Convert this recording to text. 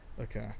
Okay